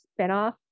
spinoff